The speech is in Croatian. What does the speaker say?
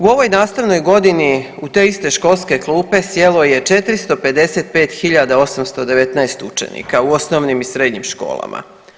U ovoj nastavnoj godini u te iste školske klupe je 455.819 učenika u osnovnim i srednjim školama.